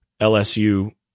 LSU